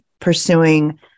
pursuing